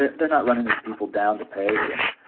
they're not running these people down to pay. and,